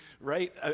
right